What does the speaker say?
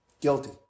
Guilty